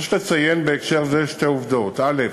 יש לציין בהקשר זה שתי עובדות: א.